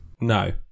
No